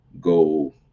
go